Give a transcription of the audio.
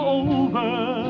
over